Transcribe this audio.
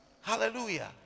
Hallelujah